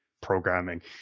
programming